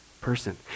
person